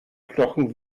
knochen